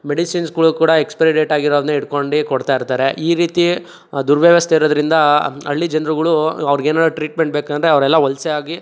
ಮೆಡಿಸಿನ್ಸ್ಗಳು ಕೂಡ expiry date ಆಗಿರೋದನ್ನೆ ಇಟ್ಕೊಂಡು ಕೊಡ್ತಾಯಿರ್ತಾರೆ ಈ ರೀತಿ ದುರ್ವ್ಯವಸ್ಥೆ ಇರೋದ್ರಿಂದ ಹಳ್ಳಿ ಜನ್ರುಗಳು ಅವ್ರಿಗೇನಾರ ಟ್ರೀಟ್ಮೆಂಟ್ ಬೇಕಂದರೆ ಅವರೆಲ್ಲ ವಲಸೆಯಾಗಿ